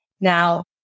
Now